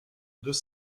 deux